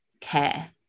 care